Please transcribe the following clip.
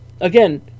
again